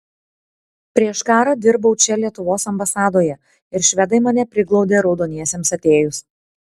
prieš karą dirbau čia lietuvos ambasadoje ir švedai mane priglaudė raudoniesiems atėjus